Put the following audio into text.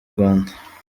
rwanda